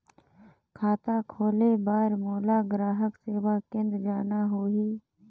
खाता खोले बार मोला ग्राहक सेवा केंद्र जाना होही?